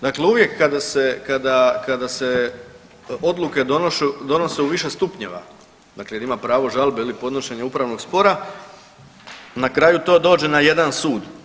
Dakle uvijek kada se, kada se odluke donose u više stupnjeva, dakle jer ima pravo žalbe ili podnošenje upravnog spora, na kraju to dođe na jedan sud.